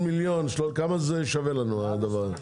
כמה זה שווה לנו, הדבר הזה?